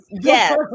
yes